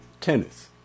tennis